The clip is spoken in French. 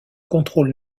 contrôle